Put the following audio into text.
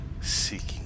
seeking